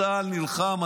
צה"ל נלחם,